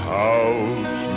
house